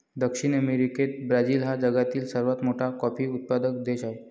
दक्षिण अमेरिकेत ब्राझील हा जगातील सर्वात मोठा कॉफी उत्पादक देश आहे